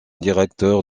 directeur